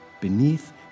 beneath